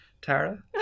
Tara